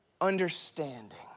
understanding